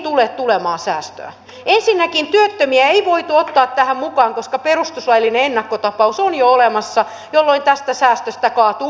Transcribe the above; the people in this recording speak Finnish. ensinnäkin työttömiä ei voitu ottaa tähän mukaan koska perustuslaillinen ennakkotapaus on jo olemassa jolloin tästä säästöstä kaatuu yli puolet